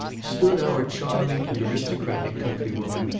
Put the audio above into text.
stood our charming and aristocratic countrywoman,